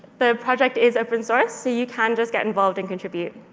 the project is open source, so you can just get involved and contribute.